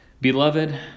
Beloved